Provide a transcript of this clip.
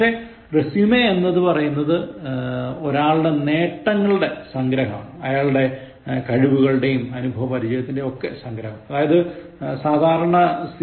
പക്ഷേ résumé എന്ന് പറയുന്നത് ഒരാളുടെ നേട്ടങ്ങളുടെ ഒരു സംഗ്രഹം ആണ് അയാളുടെ കഴിവുകളുടെയും അനുഭവ പരിചയത്തിന്റെയും ഒക്കെ സംഗ്രഹം അതായത് സാധാരണ സി